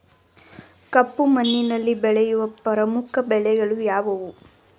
ಕಪ್ಪು ಮಣ್ಣಿನಲ್ಲಿ ಬೆಳೆಯುವ ಪ್ರಮುಖ ಬೆಳೆಗಳು ಯಾವುವು?